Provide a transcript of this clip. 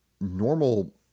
normal